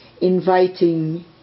inviting